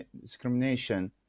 discrimination